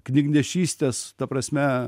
knygnešystės ta prasme